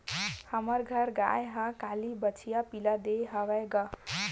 हमर घर गाय ह काली बछिया पिला दे हवय गा